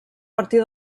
partir